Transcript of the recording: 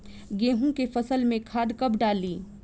गेहूं के फसल में खाद कब डाली?